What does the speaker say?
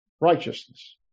righteousness